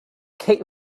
kate